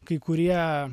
kai kurie